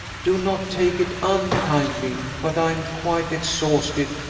do not take it unkindly, but i am quite exhausted,